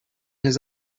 his